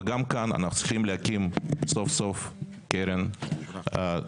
וגם כאן אנחנו צריכים להקים סוף-סוף קרן פיצויים,